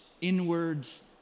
inwards